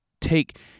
take